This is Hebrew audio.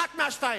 אחת מהשתיים.